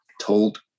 told